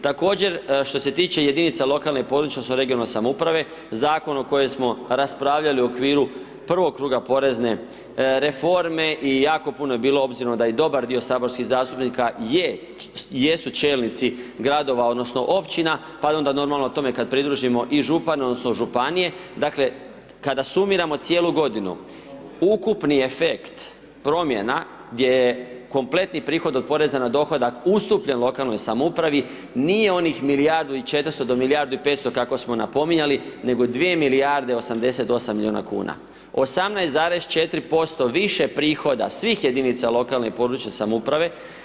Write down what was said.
Također što se tiče jedinica lokalne i područne odnosno regionalne samouprave zakon o kojem smo raspravljali u okviru prvog kruga porezne reforme i jako puno je bilo obzirom da je dobar dio saborskih zastupnika je, jesu čelnici gradova odnosno općina, pa onda i normalno tome kad pridružio i župane odnosno županije dakle, kada sumiramo cijelu godinu ukupni efekt promjena gdje je kompletni prihod od poreza na dohodak ustupljen lokalnoj samoupravi nije onih milijardu i 400 do milijardu i 500 kako smo napominjali, nego je 2 milijarde 88 miliona kuna, 18,4% više prihoda svih jedinica lokalne i područne samouprave.